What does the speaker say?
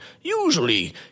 usually